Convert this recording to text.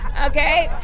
ok.